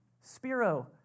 Spiro